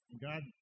God